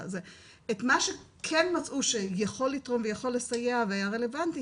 את מה שכן מצאו שיכול לתרום ויכול לסייע ויהיה רלבנטי,